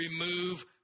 remove